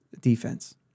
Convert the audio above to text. defense